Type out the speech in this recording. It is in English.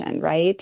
right